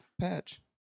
patch